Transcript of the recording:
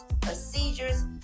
procedures